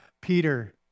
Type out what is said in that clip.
Peter